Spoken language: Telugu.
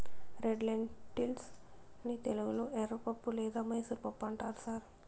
రెడ్ లెన్టిల్స్ ని తెలుగులో ఎర్రపప్పు లేదా మైసూర్ పప్పు అంటారు సార్